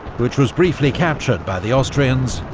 which was briefly captured by the austrians,